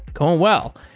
going well.